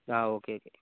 ആ okay okay